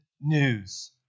news